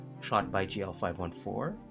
shotbygl514